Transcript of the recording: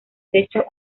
techo